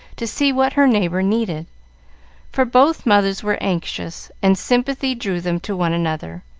to see what her neighbor needed for both mothers were anxious, and sympathy drew them to one another.